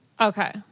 Okay